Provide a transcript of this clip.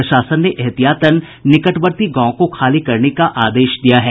प्रशासन ने एहतियातन निकटवर्ती गांवों को खाली करने का आदेश दिया है